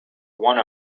one